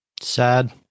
Sad